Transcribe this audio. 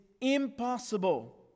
impossible